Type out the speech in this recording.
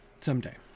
someday